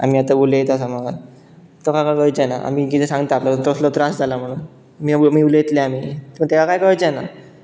आमी आतां उलयता समज ताका कांय कळचें ना आमी कितें सांगता पळय तसलो त्रास जाला म्हणून आमी उलयतले आनी पूण तेका कांय कळचें ना